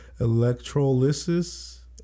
electrolysis